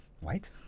White